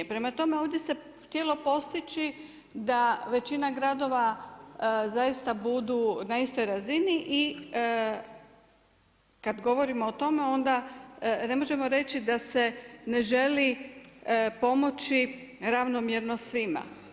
Prema tome, ovdje se htjelo postići da većina gradova zaista bude na istoj razini i kada govorimo o tome ne možemo reći da se ne želi pomoći ravnomjerno svima.